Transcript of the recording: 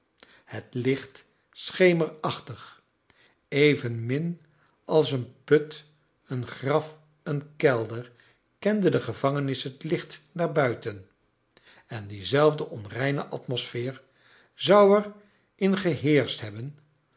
het licht schemerachtig evenmiu als een put esn graf een kelder kende de gevangenis het licht daarbuiten en die zelfde onreine atmosieer zou er in geheerscht hebben